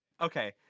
Okay